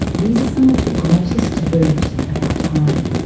these are some of the greatest taboos of our time.